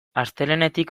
astelehenetik